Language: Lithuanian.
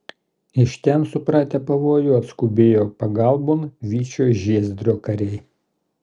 iš ten supratę pavojų atskubėjo pagalbon vyčio žiezdrio kariai